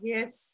Yes